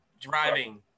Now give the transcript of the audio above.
driving